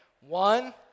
One